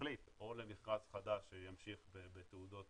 להחליט או למכרז חדש שימשיך בתעודות